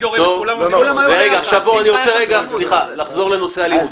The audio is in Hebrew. אני רוצה רגע לחזור לנושא האלימות.